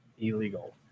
illegal